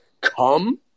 come